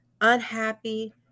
unhappy